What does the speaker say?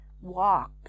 walk